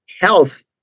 health